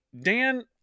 Dan